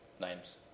names